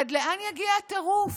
עד לאן יגיע הטירוף?